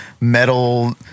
metal